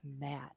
mad